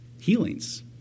healings